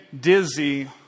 dizzy